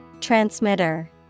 Transmitter